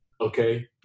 okay